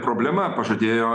problema pažadėjo